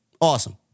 Awesome